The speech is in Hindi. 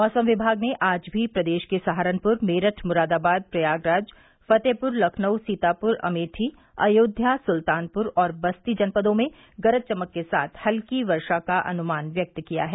मौसम विभाग ने आज भी प्रदेश के सहारनपुर मेरठ मुरादाबाद प्रयागराज फतेहपुर लखनऊ सीतापुर अमेठी अयोध्या सुल्तानपुर और बस्ती जनपदों में गरज चमक के साथ हत्की वर्षा का अनुमान व्यक्त किया है